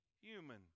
human